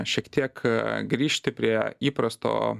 šiek tiek grįžti prie įprasto